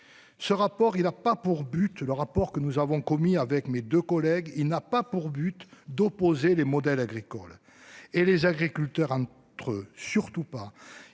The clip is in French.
Il n'a pas pour but d'opposer les modèles agricoles et les agriculteurs entre surtout pas,